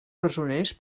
presoners